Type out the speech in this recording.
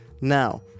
now